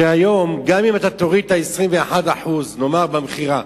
שהיום, גם אם תוריד ב-21%, נאמר, במכירה,